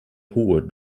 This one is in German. hohe